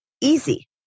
easy